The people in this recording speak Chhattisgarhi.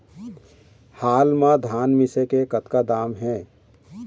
हाल मा धान मिसे के कतका दाम हे?